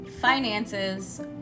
finances